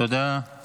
תודה.